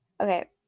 Okay